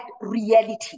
reality